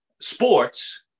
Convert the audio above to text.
sports